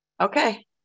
Okay